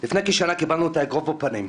לפני כשנה קיבלנו את האגרוף בפנים,